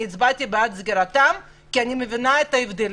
אני הצבעתי בעד סגירת האולמות כי אני מבינה את ההבדלים.